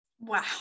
Wow